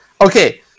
Okay